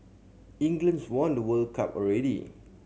England's won the World Cup already